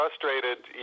frustrated